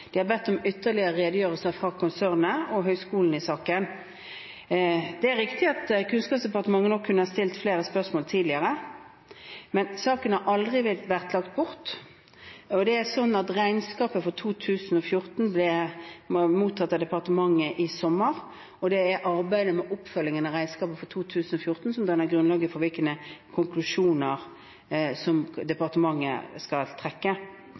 De har bedt om ytterligere redegjørelser fra konsernet og høyskolen. Det er riktig at Kunnskapsdepartementet nok kunne ha stilt flere spørsmål tidligere, men saken har aldri vært lagt bort. Regnskapet for 2014 ble mottatt av departementet i sommer, og det er arbeidet med oppfølgingen av regnskapet for 2014 som danner grunnlaget for hvilke konklusjoner departementet skal trekke.